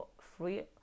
free